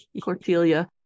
cortelia